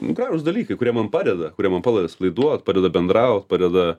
gražūs dalykai kurie man padeda kurie man padeda atsipalaiduot padeda bendraut padeda